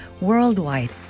worldwide